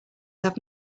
have